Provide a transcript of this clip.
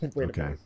Okay